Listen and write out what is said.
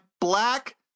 black